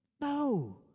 No